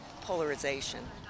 polarization